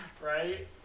Right